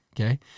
Okay